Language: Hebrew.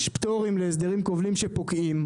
יש פטורים להסדרים כובלים שפוקעים,